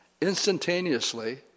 instantaneously